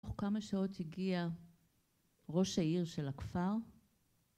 תוך כמה שעות הגיע ראש העיר של הכפר